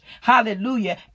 hallelujah